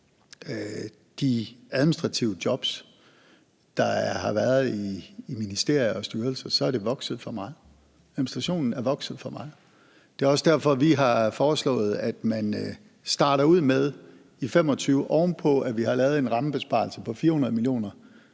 de administrative jobs, der har været i ministerier og styrelser, så er administrationen vokset for meget. Det er også derfor, at vi har foreslået, at man starter ud med i 2025 – oven på at vi har lavet en rammebesparelse på 400 mio.